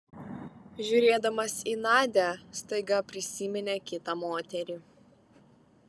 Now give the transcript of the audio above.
žiūrėdamas į nadią staiga prisiminė kitą moterį